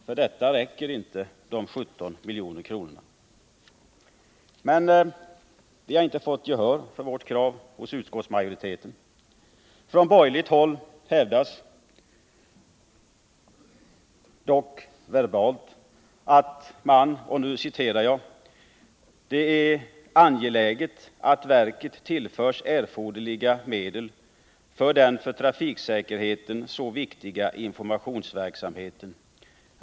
För detta räcker inte föreslagna 17,3 milj.kr. Vi har emellertid inte fått gehör för vårt krav hos utskottsmajoriteten. Från borgerligt håll i utskottet hävdas dock verbalt att det är ”angeläget att verket tillförs erforderliga medel för den för trafiksäkerheten så viktiga informationsverksamheten.